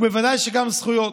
ובוודאי שגם זכויות,